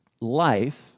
Life